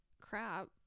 crap